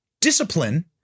discipline